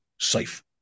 safe